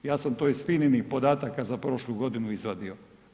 Ja sam to iz FINA-inih podataka za prošlu godinu izvadio.